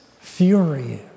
fury